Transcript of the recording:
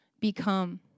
become